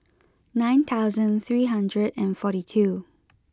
nine thousand three hundred and forty two